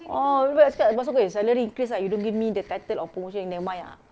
ah lebih baik sekarang but it's okay salary increase ah you don't give me the title or promotion nevermind ah